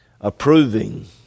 approving